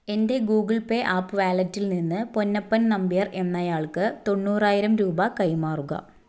എൻ്റെ Google Pay app വാലറ്റിൽ നിന്ന് പൊന്നപ്പൻ നമ്പ്യാർ എന്നയാൾക്ക് തൊണ്ണൂറായിരം രൂപ കൈമാറുക